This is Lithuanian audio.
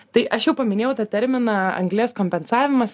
tai aš jau paminėjau tą terminą anglies kompensavimas